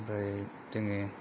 ओमफ्राय जोङो